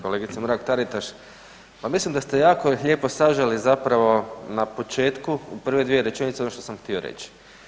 Kolegice Mrak Taritaš pa mislim da ste jako lijepo saželi zapravo na početku u prve dvije rečenice ono što sam htio reći.